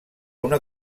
una